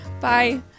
Bye